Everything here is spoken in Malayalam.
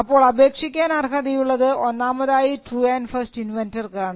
അപ്പോൾ അപേക്ഷിക്കാൻ അർഹതയുള്ളത് ഒന്നാമതായി ട്രൂ ആൻഡ് ആൻഡ് ഫസ്റ്റ് ഇൻവെൻന്റർക്കാണ്